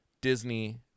disney